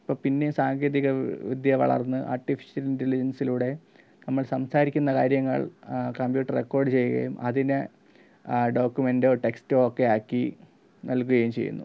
ഇപ്പോൾ പിന്നെ സാങ്കേതികവിദ്യ വളർന്ന് ആർട്ടിഫിഷ്യൽ ഇൻറ്റലിജൻസിലൂടെ നമ്മൾ സംസാരിക്കുന്ന കാര്യങ്ങൾ കമ്പ്യൂട്ടർ റെക്കോർഡ് ചെയ്യുകയും അതിനെ ഡോക്യുമെൻറ്റോ ടെക്സ്റ്റോ ഒക്കെ ആക്കി നൽകുകയും ചെയ്യുന്നു